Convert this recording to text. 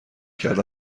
کرد